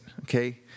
okay